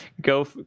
go